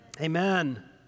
amen